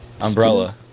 Umbrella